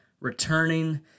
returning